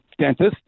dentist